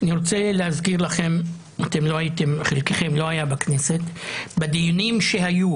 אני רוצה להזכיר לכם חלקכם לא היה בכנסת בדיונים שהיו